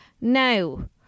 now